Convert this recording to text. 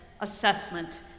assessment